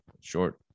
short